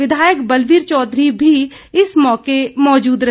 विधायक बलवीर चौधरी भी इस मौके मौजूद रहे